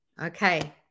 Okay